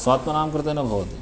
स्वात्मनां कृते न भवति